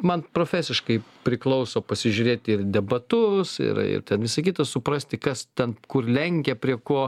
man profesiškai priklauso pasižiūrėti ir debatus ir ir visa kita suprasti kas ten kur lenkia prie ko